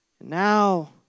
Now